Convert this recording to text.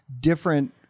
different